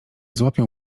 złapią